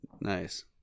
Nice